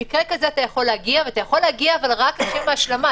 אתה יכול להגיע רק לשם ההשלמה,